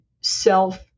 self